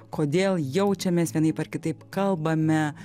kodėl jaučiamės vienaip ar kitaip kalbame